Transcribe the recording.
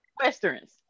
Westerns